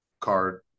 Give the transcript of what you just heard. card